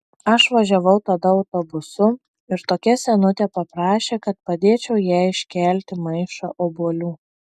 aš važiavau tada autobusu ir tokia senutė paprašė kad padėčiau jai iškelti maišą obuolių